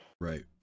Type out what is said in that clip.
right